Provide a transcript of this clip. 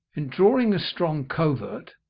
in drawing a strong covert,